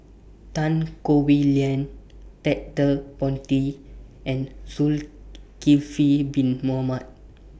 Tan Howe Liang Ted De Ponti and Zulkifli Bin Mohamed